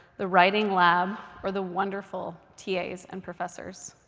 the writing lab, or the wonderful tas and professors.